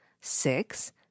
Six